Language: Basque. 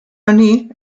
honi